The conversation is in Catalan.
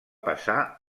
passar